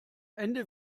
ende